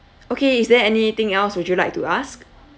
okay is there anything else would you like to ask